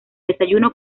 desayuno